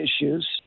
issues